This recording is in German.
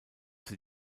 sie